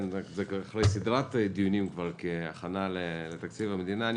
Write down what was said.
בסדרת דיונים האלה שהם הכנה לתקציב המדינה,